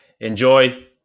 enjoy